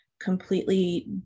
completely